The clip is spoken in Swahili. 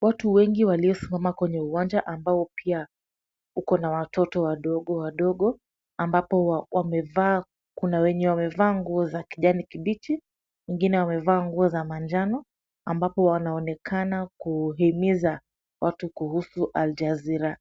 Watu wengi walio simama kwenye uwanja ambao pia uko na watoto wadogo wadogo, ambapo wamevaa, kuna wenye wamevaa nguo za kijani kibichi. Wengine wameva nguo za majano, ambapo wanaonekana kuhimiza watu kuhusu Aljazeera,